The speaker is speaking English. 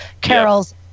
Carol's